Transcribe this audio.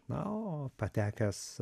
na o patekęs